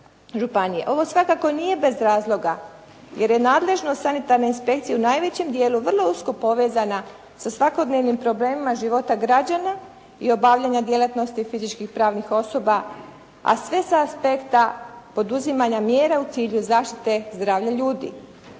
Ovo svakako nije bez razloga jer je nadležnost sanitarne inspekcije u najvećem dijelu vrlo usko povezana sa svakodnevnim problemima života građana i obavljanja djelatnosti fizičkih i pravnih osoba a sve sa aspekta poduzimanja mjera u cilju zaštite zdravlja ljudi.